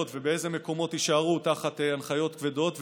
ואיזה מקומות יישארו תחת הנחיות כבדות.